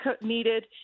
needed